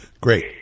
Great